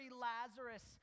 Lazarus